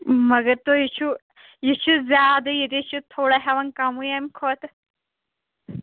مَگر تُہۍ چھُو یہِ چھُ زیادٕ ییٚتے چھِ تھوڑا ہٮ۪وان کَمٕے اَمہِ کھۄتہٕ